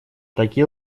такие